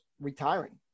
retiring